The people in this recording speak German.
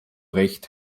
recht